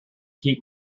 keep